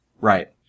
Right